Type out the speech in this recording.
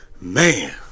man